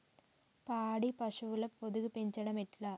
పాడి పశువుల పొదుగు పెంచడం ఎట్లా?